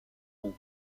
roues